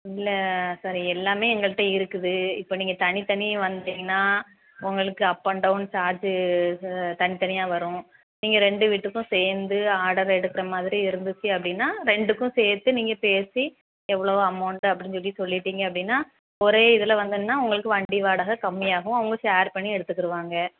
இல்லை சார் எல்லாமே எங்கள்கிட்ட இருக்குது இப்போ நீங்கள் தனி தனி வந்தீங்கன்னால் உங்களுக்கு அப் அண்ட் டௌன் சார்ஜு ச தனி தனியாக வரும் நீங்கள் ரெண்டு வீட்டுக்கும் சேர்ந்து ஆர்டர் எடுத்த மாதிரி இருந்துச்சு அப்படின்னா ரெண்டுக்கும் சேர்த்து நீங்கள் பேசி எவ்வளோவு அமௌண்ட்டு அப்படின்னு சொல்லி சொல்லிட்டீங்க அப்படின்னா ஒரே இதில் வந்தோன்னால் உங்களுக்கு வண்டி வாடகை கம்மியாகும் அவங்க ஷேர் பண்ணி எடுத்துக்கிடுவாங்க